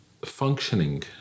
functioning